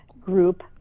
group